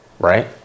Right